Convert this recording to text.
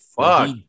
Fuck